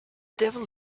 devil